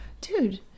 dude